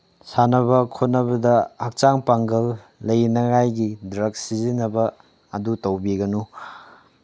ꯁꯥꯟꯅꯕ ꯈꯣꯠꯅꯕꯗ ꯍꯛꯆꯥꯡ ꯄꯥꯡꯒꯜ ꯂꯩꯅꯉꯥꯏꯒꯤ ꯗ꯭ꯔꯒ ꯁꯤꯖꯤꯟꯅꯕ ꯑꯗꯨ ꯇꯧꯕꯤꯒꯅꯨ